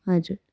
हजुर